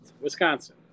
Wisconsin